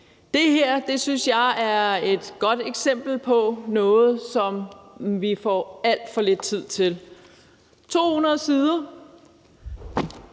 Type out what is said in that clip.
Det her synes jeg er et godt eksempel på noget, som vi får alt for lidt tid til: 200 sider,